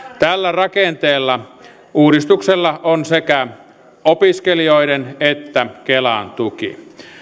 tällä rakenteella uudistuksella on sekä opiskelijoiden että kelan tuki